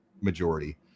majority